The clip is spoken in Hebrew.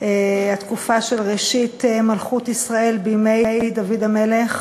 התקופה של ראשית מלכות ישראל בימי דוד המלך